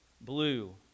Blue